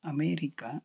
America